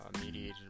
mediated